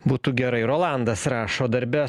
būtų gerai rolandas rašo darbe